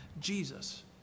Jesus